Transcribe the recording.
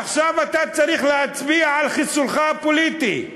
עכשיו אתה צריך להצביע על חיסולך הפוליטי.